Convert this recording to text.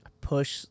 Push